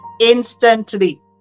instantly